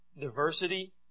diversity